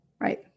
Right